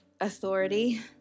authority